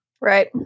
Right